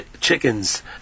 chickens